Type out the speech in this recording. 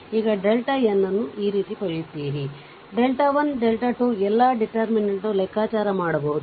ಈಗ delta n ಅನ್ನು ಈ ರೀತಿ ಪಡೆಯುತ್ತೀರಿ ಡೆಲ್ಟಾ 1 ಡೆಲ್ಟಾ 2 ಎಲ್ಲ ಡಿಟೇರ್ಮಿನೆಂಟ್ ನ್ನು ಲೆಕ್ಕಾಚಾರ ಮಾಡಬಹುದು